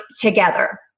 together